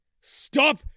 Stop